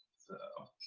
so